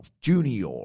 junior